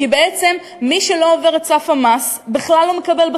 כי בעצם מי שלא עובר את סף המס בכלל לא מקבל.